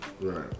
Right